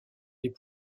les